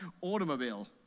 automobile